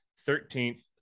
thirteenth